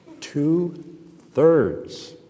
two-thirds